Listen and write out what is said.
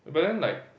but then like